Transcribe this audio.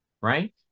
right